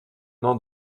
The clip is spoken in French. nom